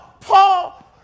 Paul